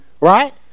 right